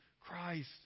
Christ